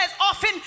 often